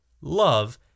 Love